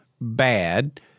bad